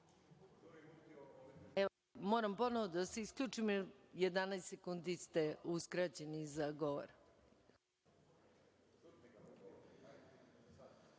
Moram ponovo da vas isključim, jer 11 sekundi ste uskraćeni za govor.